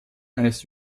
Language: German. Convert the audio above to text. eines